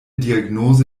diagnose